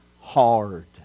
hard